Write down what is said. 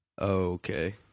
Okay